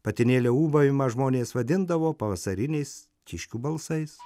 patinėlio ūbavimą žmonės vadindavo pavasariniais kiškių balsais